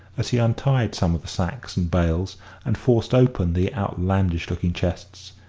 as he untied some of the sacks and bales and forced open the outlandish-looking chests,